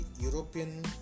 European